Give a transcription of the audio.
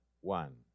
one